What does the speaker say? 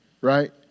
right